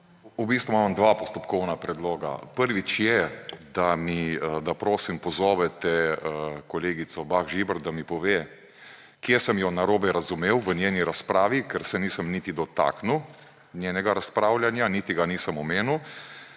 V bistvu imam dva postopkovna predloga. Prvič je, da, prosim, pozovete kolegico Bah Žibert, da mi pove, kje sem jo narobe razumel v njeni razpravi, ker se nisem niti dotaknil njenega razpravljanja niti ga nisem omenil.